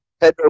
Pedro